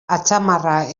atzamarra